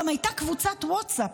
גם הייתה קבוצת ווטסאפ.